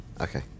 Okay